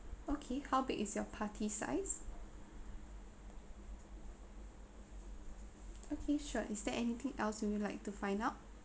okay how big is your party size okay sure is there anything else you would like to find out